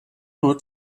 nur